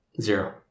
Zero